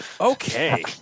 Okay